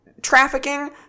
Trafficking